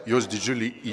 jos didžiulį